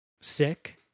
Sick